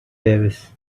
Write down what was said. davis